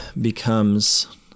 becomes